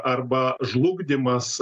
arba žlugdymas